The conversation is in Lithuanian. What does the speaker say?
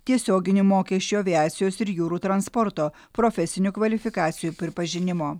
tiesioginių mokesčių aviacijos ir jūrų transporto profesinių kvalifikacijų pripažinimo